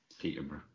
Peterborough